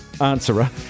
answerer